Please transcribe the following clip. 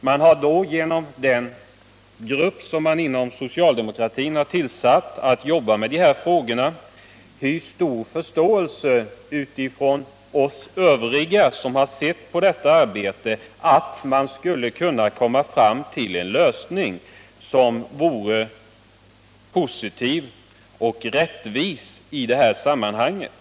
Den arbetsgrupp som socialdemokraterna har tillsatt för att arbeta med denna fråga har jag hyst stor förståelse för när det gäller dess arbete, nämligen att man där borde kunna komma fram till en lösning som vore positiv och rättvis i sammanhanget.